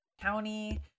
County